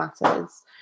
matters